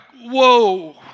whoa